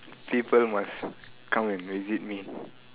people must come and visit me